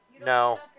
No